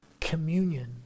communion